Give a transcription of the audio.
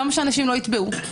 למה שאנשים לא יתבעו?